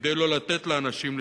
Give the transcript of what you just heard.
כדי לא לתת לאנשים להשתתף.